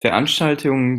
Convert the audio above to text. veranstaltungen